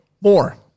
more